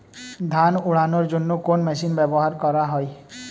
ধান উড়ানোর জন্য কোন মেশিন ব্যবহার করা হয়?